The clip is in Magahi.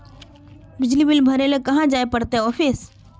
बिजली बिल भरे ले कहाँ जाय पड़ते ऑफिस?